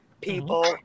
people